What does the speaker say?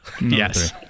yes